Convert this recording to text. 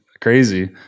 crazy